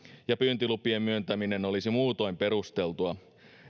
ja pyyntilupien myöntäminen olisi muutoin perusteltua